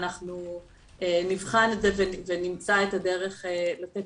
ואנחנו נבחן את זה ונמצא את הדרך לתת